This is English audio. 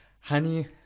honey